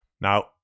Now